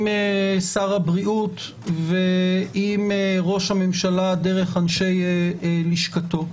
שר הבריאות ועם ראש הממשלה דרך אנשי לשכתו.